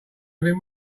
having